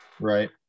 Right